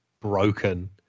broken